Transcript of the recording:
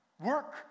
Work